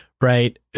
Right